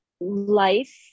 life